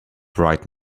bright